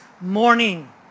morning